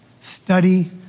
study